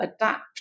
adapt